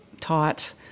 taught